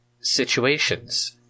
situations